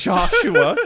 Joshua